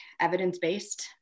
evidence-based